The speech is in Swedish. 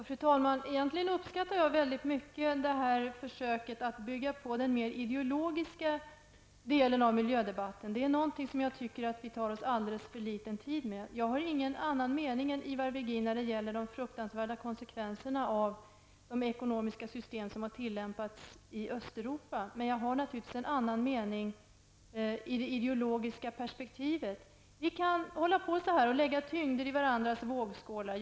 Fru talman! Egentligen uppskattar jag väldigt mycket försöket att bygga på den mera ideologiska delen av miljödebatten. Det är någonting som jag tycker att vi tar oss alldeles för liten tid med. Jag har ingen annan mening än Ivar Virgin när det gäller de fruktansvärda konsekvenserna av de ekonomiska system som har tillämpats i Östeuropa. Men jag har naturligtvis en annan mening när det gäller det ideologiska perspektivet. Vi kan hålla på så här och lägga tyngder i varandras vågskålar.